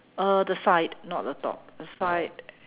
uh the side not the top the side